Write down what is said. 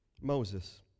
Moses